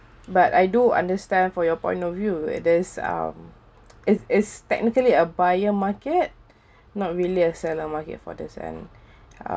but I do understand for your point of view it is um it's it's technically a buyer market not really a seller market for this and